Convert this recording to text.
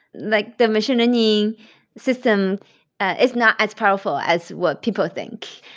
like, the machine learning system is not as powerful as what people think.